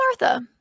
Martha